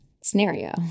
scenario